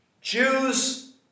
Jews